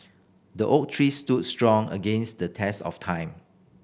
the oak tree stood strong against the test of time